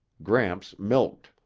gramps milked.